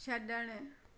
छड॒णु